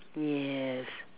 yes